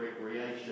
recreation